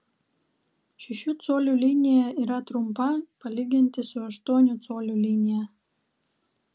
šešių colių linija yra trumpa palyginti su aštuonių colių linija